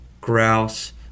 grouse